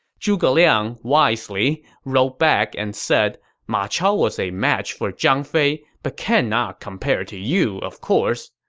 zhuge liang, wisely, wrote back and said ma chao was a match for zhang fei, but cannot compare to you, of course.